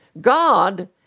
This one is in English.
God